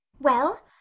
Well